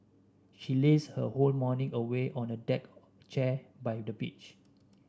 she lazed her whole morning away on a deck chair by the beach